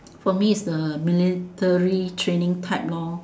for me it's the military training type lor